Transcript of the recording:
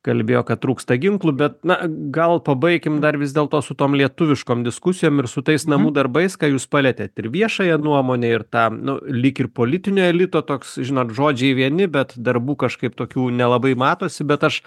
kalbėjo kad trūksta ginklų bet na gal pabaikim dar vis dėlto su tom lietuviškom diskusijom ir su tais namų darbais ką jūs palietėt ir viešąją nuomonę ir tą nu lyg ir politinio elito toks žinot žodžiai vieni bet darbų kažkaip tokių nelabai matosi bet aš